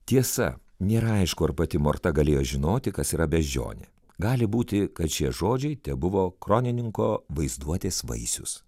tiesa nėra aišku ar pati morta galėjo žinoti kas yra beždžionė gali būti kad šie žodžiai tebuvo kronininko vaizduotės vaisius